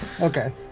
Okay